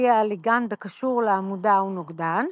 לפיה הליגנד הקשור לעמודה הוא נוגדן,